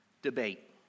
Debate